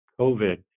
COVID